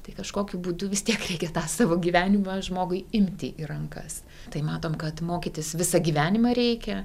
tai kažkokiu būdu vis tiek reikia tą savo gyvenimą žmogui imti į rankas tai matom kad mokytis visą gyvenimą reikia